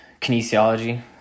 kinesiology